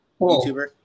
YouTuber